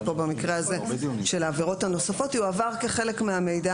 ופה במקרה הזה של העבירות הנוספות יועבר כחלק מהמידע